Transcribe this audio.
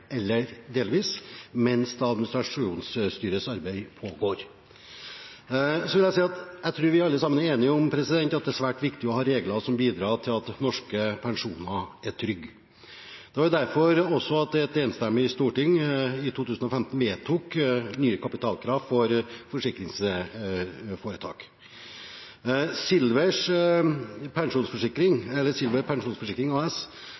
eller delvis mens administrasjonsstyrets arbeid pågår. Jeg vil si at jeg tror vi alle sammen er enige om at det er svært viktig å ha regler som bidrar til at norske pensjoner er trygge. Det var derfor et enstemmig storting i 2015 vedtok nye kapitalkrav for forsikringsforetak. Silver Pensjonsforsikring AS